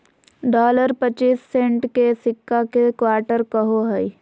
dollar पच्चीस cent के सिक्का के क्वार्टर कहो हइ